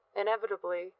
Inevitably